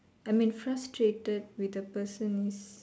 I mean frustrated with the person means